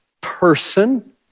person